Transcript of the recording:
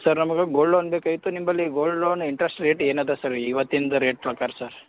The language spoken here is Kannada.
ಸರ್ ನಮಗೆ ಗೋಲ್ಡ್ ಲೋನ್ ಬೇಕಾಗಿತ್ತು ನಿಂಬಳಿ ಗೋಲ್ಡ್ ಲೋನ್ ಇಂಟ್ರಸ್ಟ್ ರೇಟ್ ಏನಿದೆ ಸರ್ ಇವತ್ತಿಂದು ರೇಟ್ ಸಾಹುಕಾರ್ ಸರ್